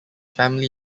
family